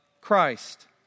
Christ